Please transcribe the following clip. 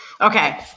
Okay